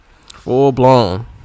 Full-blown